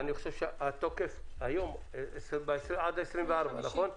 התוקף הוא עד ה-24, נכון?